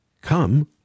Come